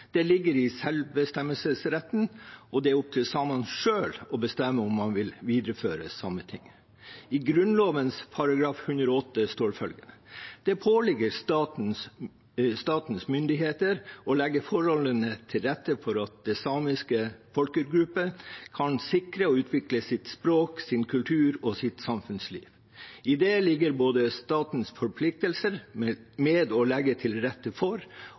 Det ligger i selvbestemmelsesretten, og det er opp til samene selv å bestemme om man vil videreføre Sametinget. I Grunnloven § 108 står det følgende: «Det påligger statens myndigheter å legge forholdene til rette for at den samiske folkegruppe kan sikre og utvikle sitt språk, sin kultur og sitt samfunnsliv.» I det ligger både statens forpliktelser med å legge til rette,